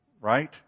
right